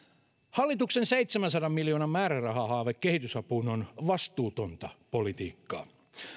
hallituksen seitsemänsadan miljoonan määrärahahaave kehitysapuun on vastuutonta politiikkaa